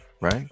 right